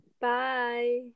Bye